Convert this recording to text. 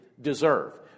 deserve